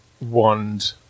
wand